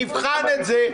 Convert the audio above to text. נבחן את זה,